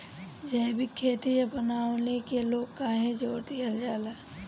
जैविक खेती अपनावे के लोग काहे जोड़ दिहल जाता?